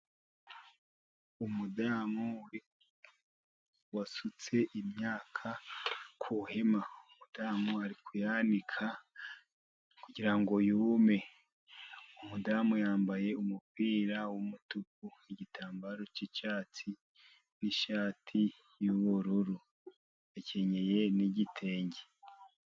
Umudamu wasutse imyaka ku ihema. Umudamu ari ku yanika kugira ngo yume. Umudamu yambaye umupira w'umutuku, igitambaro cy'icyatsi, ishati y'ubururu. Yakenyeye n'igitenge.